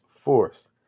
Force